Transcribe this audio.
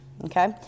Okay